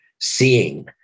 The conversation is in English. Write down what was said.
seeing